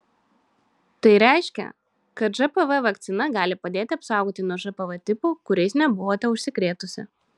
tai reiškia kad žpv vakcina gali padėti apsaugoti nuo žpv tipų kuriais nebuvote užsikrėtusi